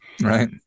Right